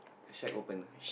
shack open ah